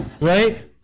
right